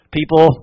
people